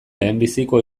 lehenbiziko